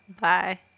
Bye